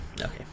Okay